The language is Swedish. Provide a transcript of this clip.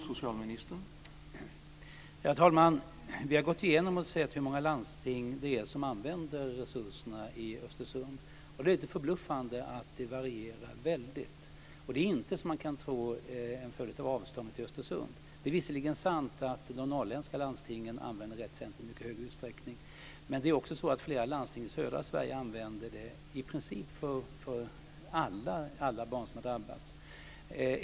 Herr talman! Vi har gått igenom och sett efter hur många landsting det är som använder resurserna i Östersund. Det är lite förbluffande att det varierar så mycket. Det är inte, som man kan tro, en följd av avståndet till Östersund. Det är visserligen sant att de norrländska landstingen använder Rett Center i mycket högre utsträckning än andra. Men flera landsting i södra Sverige använder det i princip för alla barn som har drabbats.